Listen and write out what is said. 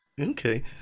Okay